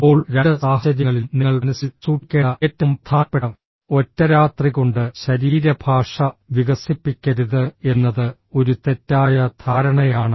ഇപ്പോൾ രണ്ട് സാഹചര്യങ്ങളിലും നിങ്ങൾ മനസ്സിൽ സൂക്ഷിക്കേണ്ട ഏറ്റവും പ്രധാനപ്പെട്ട ഒറ്റരാത്രികൊണ്ട് ശരീരഭാഷ വികസിപ്പിക്കരുത് എന്നത് ഒരു തെറ്റായ ധാരണയാണ്